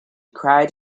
cried